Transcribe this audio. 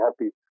happy